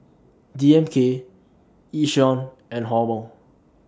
D M K Yishion and Hormel